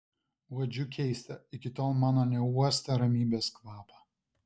uodžiu keistą iki tol mano neuostą ramybės kvapą